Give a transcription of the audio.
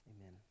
Amen